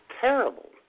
terrible